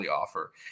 offer